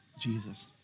Jesus